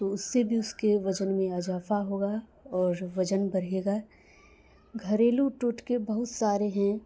تو اس سے بھی اس کے وزن میں اضافہ ہوگا اور وزن بڑھے گا گھریلو ٹوٹکے بہت سارے ہیں